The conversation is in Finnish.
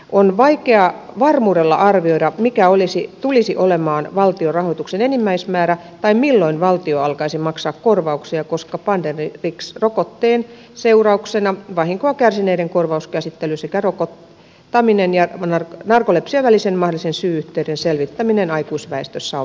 on vaikea varmuudella arvioida mikä tulisi olemaan valtion rahoituksen enimmäismäärä tai milloin valtio alkaisi maksaa korvauksia koska pandemrix rokotteen seurauksena vahinkoa kärsineiden korvauskäsittely sekä rokottamisen ja narkolepsian välisen mahdollisen syy yhteyden selvittäminen aikuisväestössä on vielä kesken